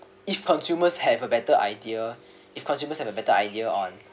if consumers have a better idea if consumers have a better idea on